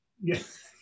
Yes